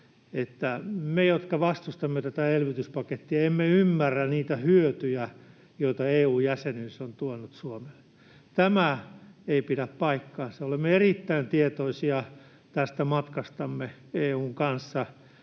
me, jotka vastustamme tätä elvytyspakettia, emme ymmärrä niitä hyötyjä, joita EU-jäsenyys on tuonut Suomelle. Tämä ei pidä paikkaansa. Olemme erittäin tietoisia tästä matkastamme EU:n kanssa